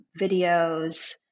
videos